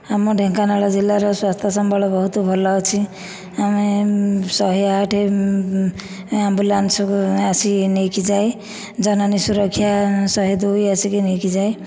ଆମ ଢେଙ୍କାନାଳ ଜିଲ୍ଲାର ସ୍ୱାସ୍ଥ୍ୟ ସମ୍ବଳ ବହୁତ ଭଲ ଅଛି ଆମେ ଶହେ ଆଠ ଆମ୍ବୁଲାନ୍ସ ଆସି ନେଇକି ଯାଏ ଜନନୀ ସୁରକ୍ଷା ଶହେ ଦୁଇ ଆସିକି ନେଇକି ଯାଏ